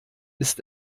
ist